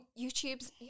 YouTube's